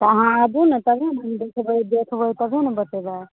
तऽ अहाँ आबु ने तभियो ने हम देखबै देखबै तभियो ने बतेबै